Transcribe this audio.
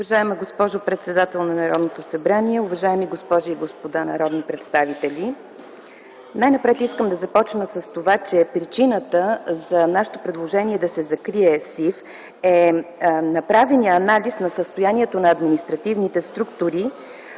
Уважаема госпожо председател на Народното събрание, уважаеми госпожи и господа народни представители! Най-напред искам да започна с това, че причината за нашето предложение да се закрие СИФ е направеният анализ на състоянието на административните структури